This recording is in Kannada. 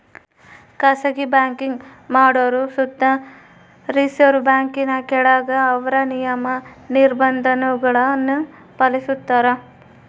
ಖಾಸಗಿ ಬ್ಯಾಂಕಿಂಗ್ ಮಾಡೋರು ಸುತ ರಿಸರ್ವ್ ಬ್ಯಾಂಕಿನ ಕೆಳಗ ಅವ್ರ ನಿಯಮ, ನಿರ್ಭಂಧಗುಳ್ನ ಪಾಲಿಸ್ತಾರ